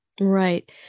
Right